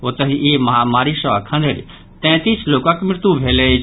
ओतहि ई महामारी सॅ अखन धरि तैंतीस लोकक मृत्यु भेल अछि